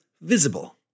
visible